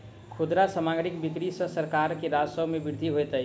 खुदरा सामग्रीक बिक्री सॅ सरकार के राजस्व मे वृद्धि होइत अछि